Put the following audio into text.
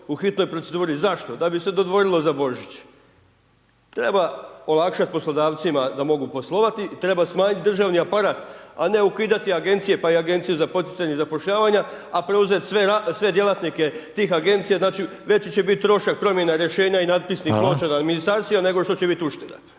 u hitnoj proceduri. Zašto? Da bi se dodvorilo za Božić. Treba olakšati poslodavcima da mogu poslovati, treba smanjiti državni aparat, a ne ukidati Agencije, pa i Agenciju za poticanje zapošljavanja, a preuzeti sve djelatnike tih Agencija, znači, veći će biti trošak promjena rješenja i natpisnih ploča…/Upadica: Hvala/… na Ministarstvima, nego što će biti ušteda.